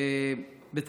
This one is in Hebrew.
זה בסדר.